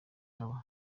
haba